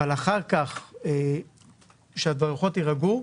אבל אחר כך כשהרוחות יירגעו,